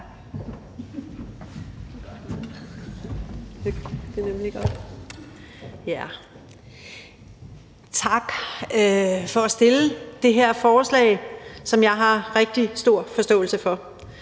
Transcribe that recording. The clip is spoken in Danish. Tak for at fremsætte det her forslag, som jeg har rigtig stor forståelse for.